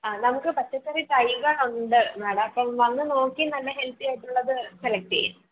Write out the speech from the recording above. ആ നമുക്ക് പച്ചക്കറി തൈകൾ ഉണ്ട് മാഡം അപ്പം വന്നുനോക്കി നല്ല ഹെൽത്തി ആയിട്ടുള്ളത് സെലക്ട് ചെയ്യാം